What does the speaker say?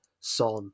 Son